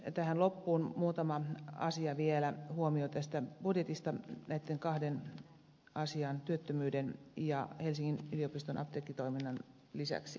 tähän loppuun muutama asia vielä huomio tästä budjetista näiden kahden asian työttömyyden ja helsingin yliopiston apteekkitoiminnan lisäksi